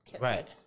Right